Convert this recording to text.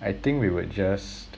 I think we would just